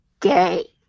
gay